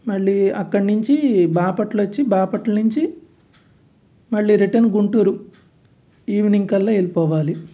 మళ్ళీ అక్కడి నుంచి బాపట్ల వచ్చి బాపట్ల నుంచి మళ్ళీ రిటర్న్ గుంటూరు ఈవినింగ్ కల్లా వెళ్ళిపోవాలి